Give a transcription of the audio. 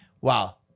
wow